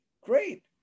Great